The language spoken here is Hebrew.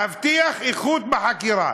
להבטיח איכות בחקירה.